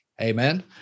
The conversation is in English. Amen